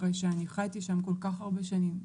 אחרי שחייתי שם כל כך הרבה שנים,